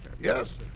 Yes